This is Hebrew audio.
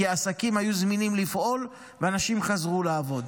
כי העסקים היו זמינים לפעול ואנשים חזרו לעבוד.